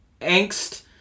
angst